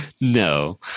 No